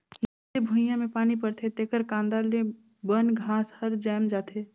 जईसे भुइयां में पानी परथे तेकर कांदा ले बन घास हर जायम जाथे